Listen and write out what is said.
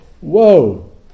whoa